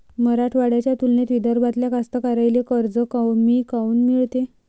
मराठवाड्याच्या तुलनेत विदर्भातल्या कास्तकाराइले कर्ज कमी काऊन मिळते?